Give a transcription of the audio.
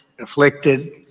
afflicted